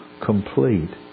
complete